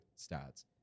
stats